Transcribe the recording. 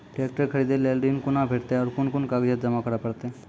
Tractor खरीदै लेल ऋण कुना भेंटते और कुन कुन कागजात जमा करै परतै?